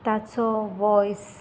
ताचो वॉयस